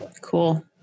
Cool